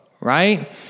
right